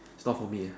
it's not for me uh